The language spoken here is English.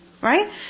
Right